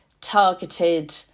targeted